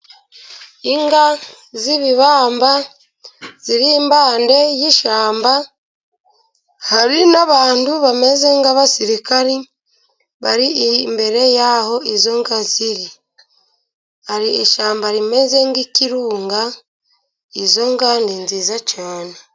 Inka z'ibibamba ziri impande y'ishyamba, hari n'abantu bameze nk'abasirikari bari imbere y'aho izo nka ziri. Hari ishyamba rimeze nk'ikirunga, izo nka ni nziza cyane.